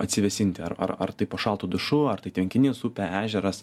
atsivėsinti ar ar ar tai po šaltu dušu ar tai tvenkinys upė ežeras